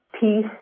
peace